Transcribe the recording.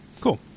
cool